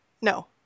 No